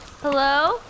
Hello